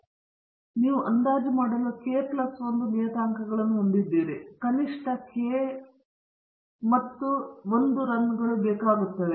ಆದ್ದರಿಂದ ನೀವು ಅಂದಾಜು ಮಾಡಲು k ಪ್ಲಸ್ 1 ನಿಯತಾಂಕಗಳನ್ನು ಹೊಂದಿದ್ದೀರಿ ಮತ್ತು ನಿಮಗೆ ಕನಿಷ್ಟ k ಮತ್ತು 1 ರನ್ಗಳು ಬೇಕಾಗುತ್ತವೆ